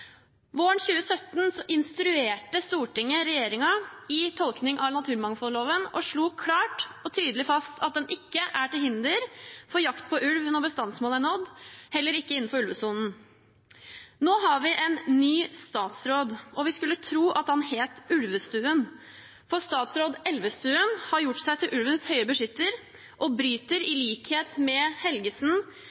Våren 2017 instruerte Stortinget regjeringen i tolkning av naturmangfoldloven og slo klart og tydelig fast at den ikke er til hinder for jakt på ulv når bestandsmålet er nådd, heller ikke innenfor ulvesonen. Nå har vi en ny statsråd, og en skulle trodd at han het «Ulvestuen», for statsråd Elvestuen har gjort seg til ulvens høye beskytt og bryter – i likhet med det Helgesen